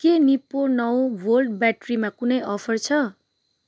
के निप्पो नौ भोल्ट ब्याट्रीमा कुनै अफर छ